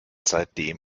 seitdem